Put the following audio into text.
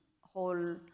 whole